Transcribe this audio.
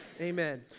Amen